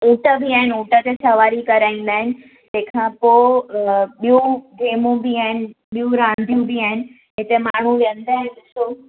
ऊंट बि आहिनि ऊंट ते सवारी कराईंदा आहिनि तंहिंखां पोइ ॿियूं गेमूं बि आहिनि ॿियूं रादियूं बि आहिनि हिते में माण्हूं विहंदा आहिनि ॾिसो